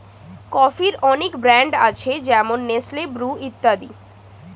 কফির অনেক ব্র্যান্ড আছে যেমন নেসলে, ব্রু ইত্যাদি